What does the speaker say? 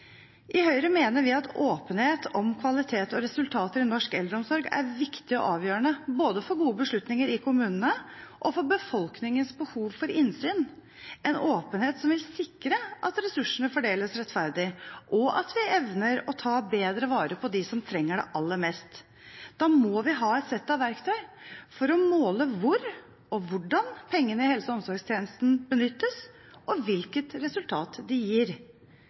I Høyre mener vi at åpenhet om kvalitet og resultater i norsk eldreomsorg er viktig og avgjørende både for gode beslutninger i kommunene og for befolkningens behov for innsyn, en åpenhet som vil sikre at ressursene fordeles rettferdig, og at vi evner å ta bedre vare på dem som trenger det aller mest. Da må vi ha et sett av verktøy for å måle hvor og hvordan pengene i helse- og omsorgstjenestene benyttes, og hvilket resultat de gir.